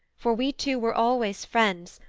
for we two were always friends,